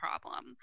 problem